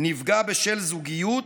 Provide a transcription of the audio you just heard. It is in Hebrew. נפגע בשל זוגיות,